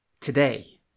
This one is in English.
today